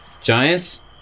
giants